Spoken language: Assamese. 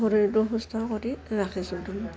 শৰীৰত সুস্থ কৰি ৰাখিছোঁ তু